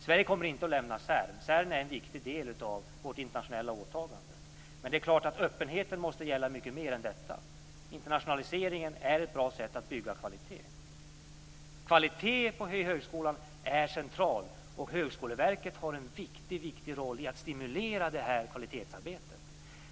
Sverige kommer inte att lämna CERN. CERN är en viktig del av vårt internationella åtagande. Men det är klart att öppenheten måste gälla mycket mer än detta. Internationaliseringen är ett bra sätt att bygga kvalitet. Kvalitet i högskolan är centralt, och Högskoleverket har en viktig roll i att stimulera kvalitetsarbetet.